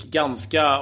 ganska